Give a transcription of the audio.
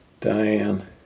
Diane